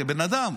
כבן אדם,